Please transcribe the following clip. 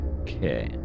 Okay